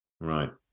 Right